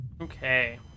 Okay